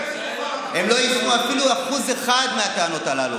הם לא יישמו אפילו 1% מהטענות הללו.